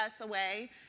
away